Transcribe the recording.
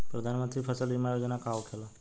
प्रधानमंत्री फसल बीमा योजना का होखेला?